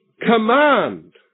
command